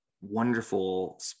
wonderful